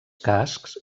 cascs